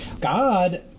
God